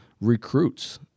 recruits